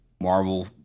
Marvel